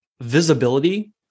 visibility